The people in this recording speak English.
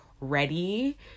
ready